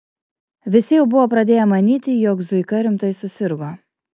visi jau buvo pradėję manyti jog zuika rimtai susirgo